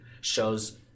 shows